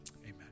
amen